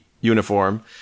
uniform